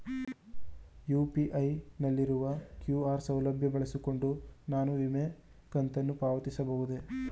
UPI ನಲ್ಲಿರುವ QR ಸೌಲಭ್ಯ ಬಳಸಿಕೊಂಡು ನಾನು ವಿಮೆ ಕಂತನ್ನು ಪಾವತಿಸಬಹುದೇ?